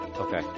okay